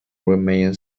remains